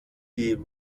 die